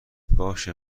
باشه